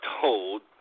told